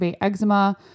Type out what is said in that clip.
eczema